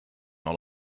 all